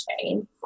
chain